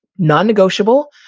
non-negotiable.